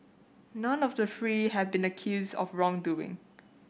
none of the three have been accused of wrongdoing